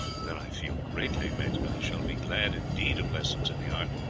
that i feel greatly, maitre. i shall be glad indeed of lessons in the art,